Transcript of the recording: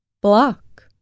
Block